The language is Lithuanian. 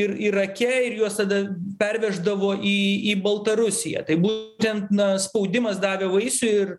ir irake ir juos tada perveždavo į į baltarusiją tai būtent na spaudimas davė vaisių ir